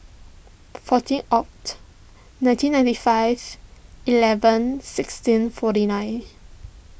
fourteen Oct nineteen ninety five eleven sixteen forty nine